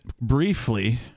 briefly